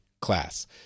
class